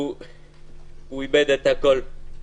הוא איבד את הכול.